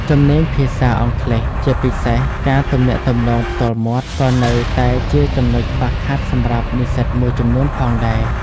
ជំនាញភាសាអង់គ្លេស ជាពិសេសការទំនាក់ទំនងផ្ទាល់មាត់ ក៏នៅតែជាចំណុចខ្វះខាតសម្រាប់និស្សិតមួយចំនួនផងដែរ។